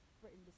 Britain